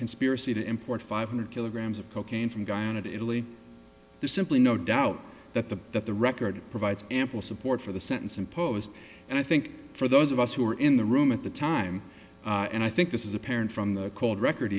conspiracy to import five hundred kilograms of cocaine from guyana to italy there's simply no doubt that the that the record provides ample support for the sentence imposed and i think for those of us who were in the room at the time and i think this is apparent from the cold record